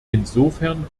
insofern